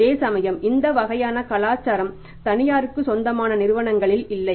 அதேசமயம் இந்த வகையான கலாச்சாரம் தனியாருக்கு சொந்தமான நிறுவனங்களில் இல்லை